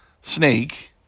snake